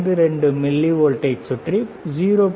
52 மில்லி வோல்டை ஐ சுற்றி 0